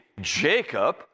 Jacob